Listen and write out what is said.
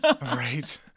Right